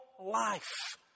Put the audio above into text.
life